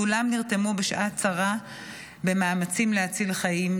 כולם נרתמו בשעת צרה למאמצים להציל חיים,